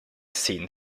seen